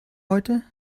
heute